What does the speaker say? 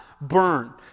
burn